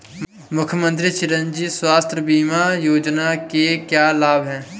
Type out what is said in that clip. मुख्यमंत्री चिरंजी स्वास्थ्य बीमा योजना के क्या लाभ हैं?